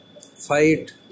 fight